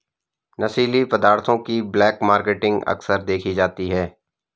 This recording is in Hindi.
नशीली पदार्थों की ब्लैक मार्केटिंग अक्सर देखी जाती है